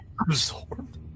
Absorbed